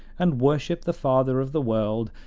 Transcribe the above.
and worship the father of the world,